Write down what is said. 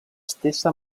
stessa